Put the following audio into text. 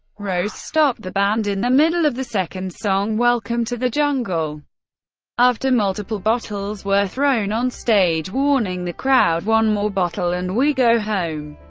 rose stopped the band in the middle of the second song, welcome to the jungle after multiple bottles were thrown on stage, warning the crowd one more bottle and we go home.